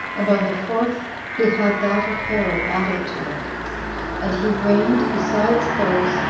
and on the fourth he had that of herod added to it and he reigned, besides those,